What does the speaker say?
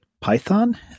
python